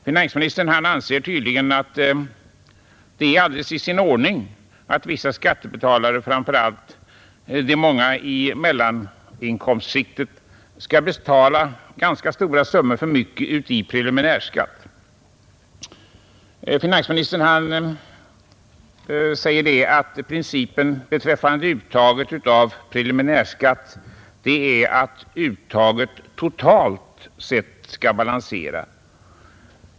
Finansministern anser tydligen att det är alldeles i sin ordning att vissa skattebetalare, framför allt de många i mellaninkomstskiktet, skall betala ganska stora summor för mycket i preliminärskatt. Finansministern säger att principen beträffande uttaget av preliminärskatt är att uttaget totalt sett skall balansera.